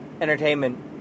entertainment